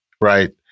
Right